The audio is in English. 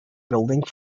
building